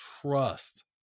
trust